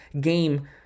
game